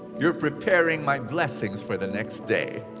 you're preparing my blessings for the next day.